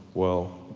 well,